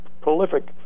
prolific